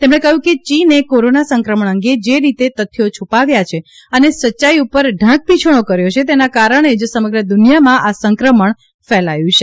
તેમણે કહ્યું છે કે ચીને કોરોના સંક્રમણ અંગે જે રીતે તથ્યો છુપાવ્યા છે અને સચ્યાઇ ઉપર ઢાંકપિછોણો કર્યો તેના કારણે જ સમગ્ર દુનિયામાં આ સંક્રમણ ફેલાવ્યું છે